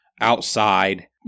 outside